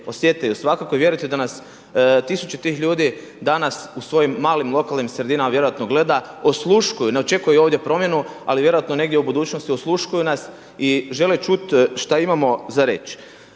svakako. I vjerujte da nas tisuće tih ljudi danas u svojim malim, lokalnim sredinama vjerojatno gleda, osluškuju, ne očekuju ovdje promjenu. Ali vjerojatno negdje u budućnosti osluškuju nas i žele čuti šta imamo za reći.